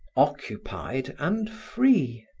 occupied and free.